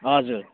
हजुर